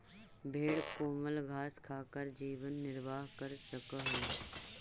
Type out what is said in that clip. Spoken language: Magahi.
भेंड कोमल घास खाकर जीवन निर्वाह कर सकअ हई